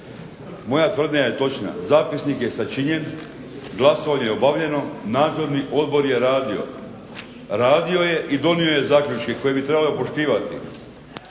Moja tvrdnja je točna, zapisnik je sačinjen, glasovanje je obavljeno, nadzorni odbor je radio i donio je zaključke koje bi trebalo poštivati.